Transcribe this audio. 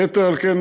יתר על כן,